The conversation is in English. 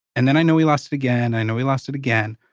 and then i know we lost it again i know we lost it again.